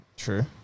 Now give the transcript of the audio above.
True